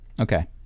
Okay